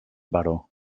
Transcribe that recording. baró